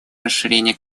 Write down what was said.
расширение